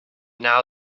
now